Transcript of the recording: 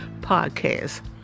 podcast